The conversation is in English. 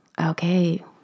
Okay